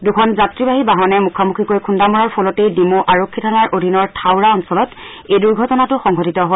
দুখন যাত্ৰীবাহী বাহনে মূখামুখিকৈ খুন্দা মৰাৰ ফলতেই ডিমৌ আৰক্ষী থানাৰ অধীনৰ থাওৰা অঞ্চলত এই দুৰ্ঘটনাটো সংঘটিত হয়